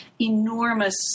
enormous